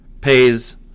pays